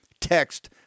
Text